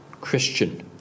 Christian